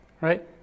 right